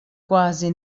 kważi